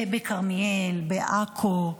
כרמיאל, עכו,